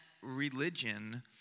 religion